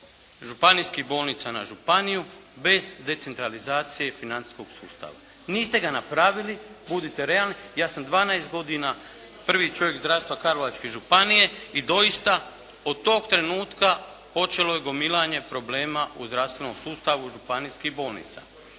županijskih bolnica na županiju bez decentralizacije financijskog sustava. Niste ga napravili, budite realni, ja sam 12 godina prvi čovjek zdravstva Karlovačke županije i doista tog trenutka počelo je gomilanje problema u zdravstvenom sustavu županijskih bolnica.